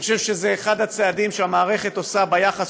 אני חושב שזה אחד הצעדים שהמערכת עושה ביחס